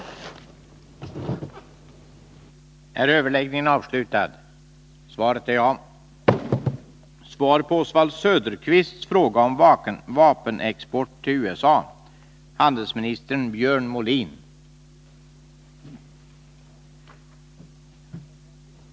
att förkorta handläggningstiden i utlänningsärenden hos regeringen